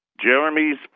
Jeremy's